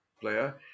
player